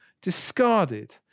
discarded